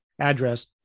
address